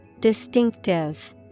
Distinctive